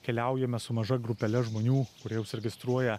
keliaujame su maža grupele žmonių kurie užsiregistruoja